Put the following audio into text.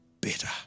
better